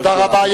תודה רבה.